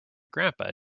grandpa